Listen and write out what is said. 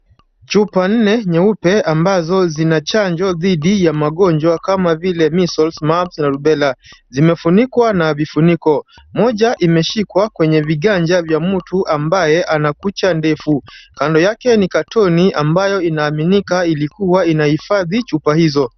Chupa nne nyeupe ambazo zina chanjo dhidi ya magonjwa kama vile measles, mumps na rubella . Zimefunikwa na vifuniko. Moja imeshikwa kwenye viganja vya mtu ambaye ana kucha ndefu. Kando yake ni katuni ambayo inaaminika ilikuwa inahifadhi chupa hizo.